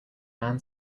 man